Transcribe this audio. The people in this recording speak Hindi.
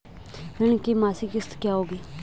ऋण की मासिक किश्त क्या होगी?